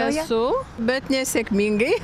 esu bet nesėkmingai